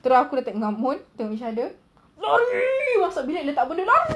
terus aku tengok kak mun tengok each other lari masuk bilik letak benda lari